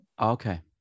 Okay